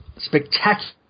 Spectacular